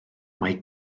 mae